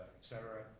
cetera,